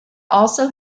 also